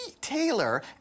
Taylor